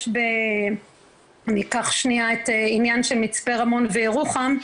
יש ב- אני אקח שנייה את עניין של מצפה רמון וירוחם,